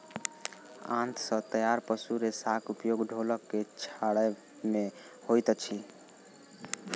आंत सॅ तैयार पशु रेशाक उपयोग ढोलक के छाड़य मे होइत अछि